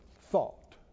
thought